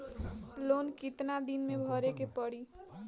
Loan कितना दिन मे भरे के पड़ी?